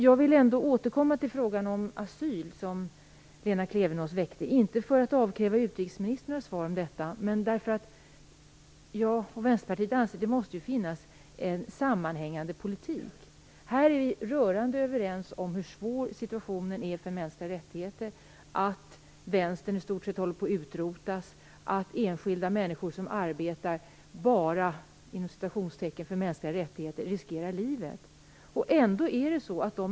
Jag vill återkomma till frågan om asyl, som Lena Klevenås väckte, inte för att avkräva utrikesministern några svar utan för att vi i Vänsterpartiet anser att det måste finnas en sammanhängande politik. Vi är rörande överens om hur svår situationen är i fråga om mänskliga rättigheter, om att vänstern i stort sett håller på att utrotas och om att enskilda människor som "bara" arbetar för mänskliga rättigheter riskerar livet.